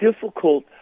difficult